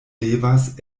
devas